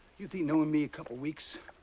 you think knowing me a couple of weeks,